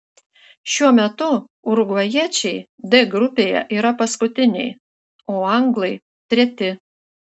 šiuo metu urugvajiečiai d grupėje yra paskutiniai o anglai treti